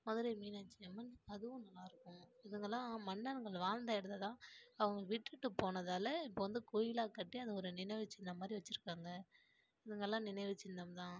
மதுரை மீனாட்சியம்மன் அதுவும் நல்லாயிருக்கும் இதுங்களாம் மன்னர்கள் வாழ்ந்த இடத்த தான் அவங்க விட்டுவிட்டு போனதால் இப்போது வந்து கோயிலாக கட்டி அது ஒரு நினைவுச் சின்னம் மாதிரி வைச்சிருக்காங்க இதுங்களாம் நினைவுச் சின்னம் தான்